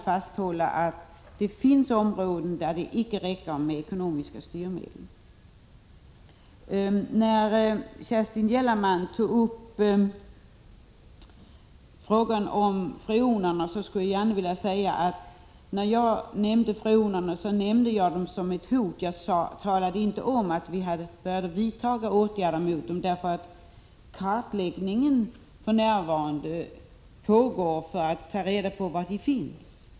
Jag håller fast vid att det finns områden där det inte räcker med ekonomiska styrmedel. Till Kerstin Gellerman vill jag säga att när jag nämnde freonerna nämnde jag dem som ett hot. Jag talade inte om att vi hade börjat vidta åtgärder mot dem, eftersom en kartläggning för närvarande pågår för att man skall ta reda på var de finns.